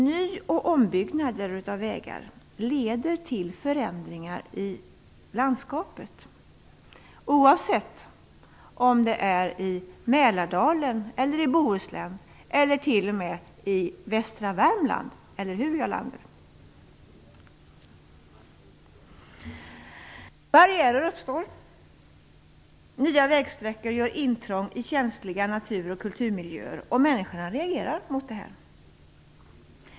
Ny och ombyggnader av vägar leder till förändringar i landskapet, oavsett om det är i Mälardalen, i Bohuslän eller t.o.m. i västra Värmland - eller hur, Jarl Lander? Barriärer uppstår, nya vägsträckor gör intrång i känsliga natur och kulturmiljöer, och människorna reagerar mot detta.